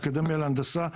אקדמיה להנדסה,